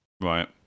right